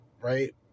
right